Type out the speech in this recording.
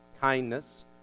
kindness